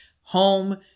Home